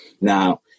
Now